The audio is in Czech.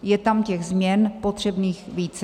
Je tam těch změn potřebných více.